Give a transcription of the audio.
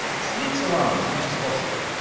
sleeps around as much as possible,